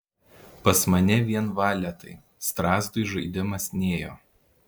pas mane vien valetai strazdui žaidimas nėjo